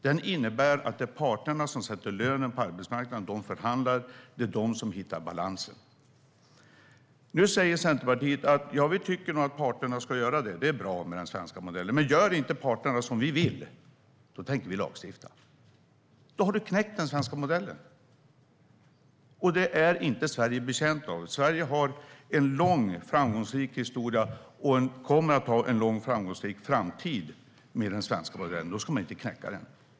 Den innebär att det är parterna som sätter lönen på arbetsmarknaden. De förhandlar. Det är de som hittar balansen. Nu säger Centerpartiet: Ja, vi tycker nog att parterna ska göra det. Det är bra med den svenska modellen. Men gör inte parterna som vi vill, då tänker vi lagstifta. Då har man knäckt den svenska modellen, och det är Sverige inte betjänt av. Sverige har en lång framgångsrik historia och kommer att ha en lång framgångsrik framtid med den svenska modellen. Då ska man inte knäcka den.